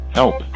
help